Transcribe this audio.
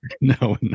No